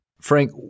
Frank